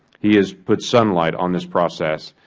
he has put sunlight on this process,